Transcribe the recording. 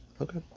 Okay